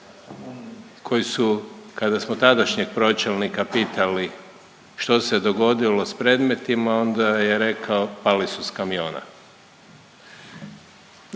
koji su kada smo tadašnjeg pročelnika pitali što se dogodilo s predmetima onda je rekao pali su s kamiona.